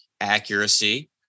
accuracy